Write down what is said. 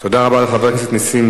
תודה רבה לחבר הכנסת